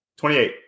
28